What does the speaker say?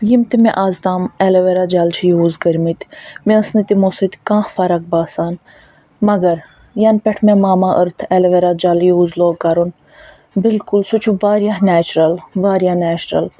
یِم تہِ مےٚ اَز تام ایلویرا جَل چھ یوٗز کٔرمٕتۍ مےٚ ٲس نہٕ تمو سۭتۍ کانٛہہ فَرَق باسان مگر یَنہٕ پٮ۪ٹھ مےٚ ماما أتھ ایلویرا جَل یوٗز لوگ کَرُن بِلکُل سُہ چھُ واریاہ نیچرَل واریاہ نیچرَل